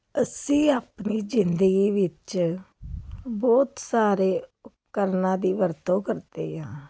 ਅਸੀਂ ਆਪਣੀ ਜ਼ਿੰਦਗੀ ਵਿੱਚ ਬਹੁਤ ਸਾਰੇ ਉਪਕਰਨਾਂ ਦੀ ਵਰਤੋਂ ਕਰਦੇ ਹਾਂ